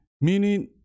meaning